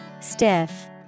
Stiff